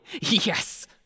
Yes